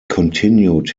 continued